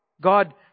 God